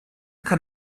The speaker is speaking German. kann